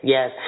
Yes